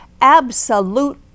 Absolute